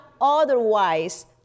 otherwise